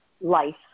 life